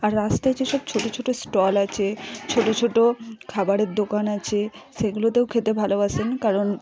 আর রাস্তায় যেসব ছোটো ছোটো স্টল আছে ছোটো ছোটো খাবারের দোকান আছে সেগুলোতেও খেতে ভালোবাসেন কারণ